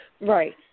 Right